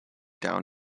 down